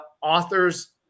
authors